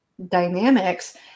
dynamics